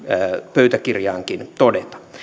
pöytäkirjaankin todeta